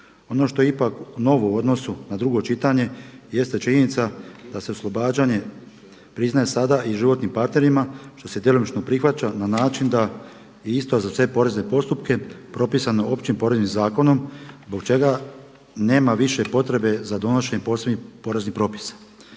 Ono što je ipak novo u odnosu na drugo čitanje jeste činjenica da se oslobađanje priznaje sada i životnim partnerima što se djelomično prihvaća na način da i isto za sve porezne postupke propisano Općim poreznim zakonom zbog čega nema više potrebe za donošenje posebnih poreznih propisa.